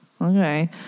okay